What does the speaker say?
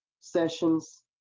sessions